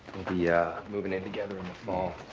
yeah moving in together in the fall.